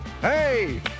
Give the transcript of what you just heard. Hey